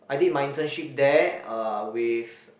I did my internship there uh with